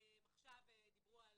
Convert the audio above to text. עכשיו הם דיברו על